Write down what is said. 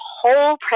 whole